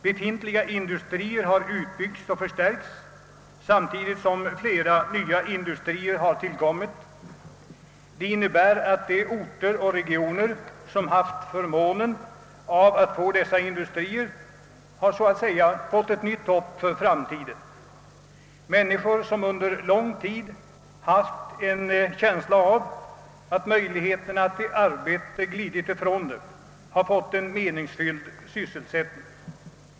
Befintliga industrier har utbyggts och förstärkts samtidigt som flera nya industrier har tillkommit. Det innebär att de orter och regioner, vilka haft förmånen av att få dessa industrier, så att säga har fått ett nytt hopp för framtiden. Människor som under lång tid haft en känsla av att möjligheterna till arbete glidit ifrån dem har fått en meningsfylld sysselsättning.